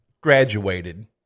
Graduated